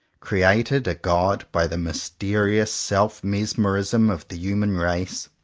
created a god by the mysterious self-mesmerism of the human race,